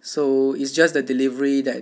so it's just the delivery that